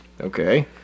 Okay